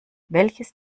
welches